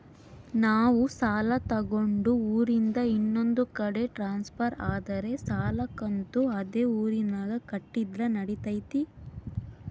ನಾವು ಸಾಲ ತಗೊಂಡು ಊರಿಂದ ಇನ್ನೊಂದು ಕಡೆ ಟ್ರಾನ್ಸ್ಫರ್ ಆದರೆ ಸಾಲ ಕಂತು ಅದೇ ಊರಿನಾಗ ಕಟ್ಟಿದ್ರ ನಡಿತೈತಿ?